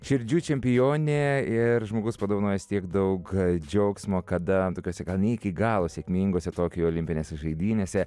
širdžių čempionė ir žmogus padovanojęs tiek daug džiaugsmo kada tokiose gal ne iki galo sėkminguose tokijo olimpinėse žaidynėse